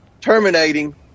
terminating